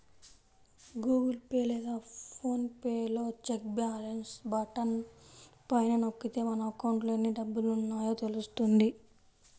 Google Pay లేదా PhonePe లో check balance button పైన నొక్కితే మన అకౌంట్లో ఎన్ని డబ్బులున్నాయో తెలుస్తుంది